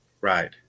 Right